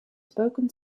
spoken